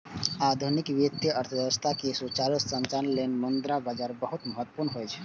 आधुनिक वित्तीय अर्थव्यवस्था के सुचारू संचालन लेल मुद्रा बाजार बहुत महत्वपूर्ण होइ छै